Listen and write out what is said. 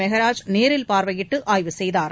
மெகராஜ் நேரில் பார்வையிட்டு ஆய்வு செய்தார்